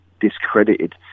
discredited